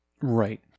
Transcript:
Right